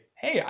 Hey